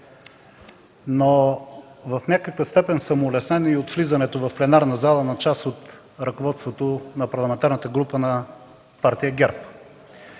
но в някаква степен съм улеснен и от влизането в пленарната зала на част от ръководството на Парламентарната група на Партия ГЕРБ.